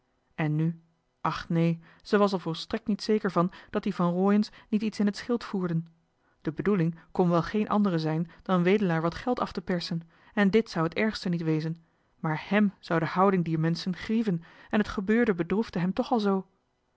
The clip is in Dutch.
toen wim kwam neen zij was er volstrekt niet zeker van dat die van rooien's niet iets in het schild voerden de bedoeling kon wel geen andere zijn dan wedelaar wat geld af te persen en dit zou het ergste niet wezen maar hèm zou de houding dier menschen grieven en het gebeurde bedroefde hem toch zoo